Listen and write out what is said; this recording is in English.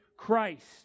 Christ